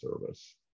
service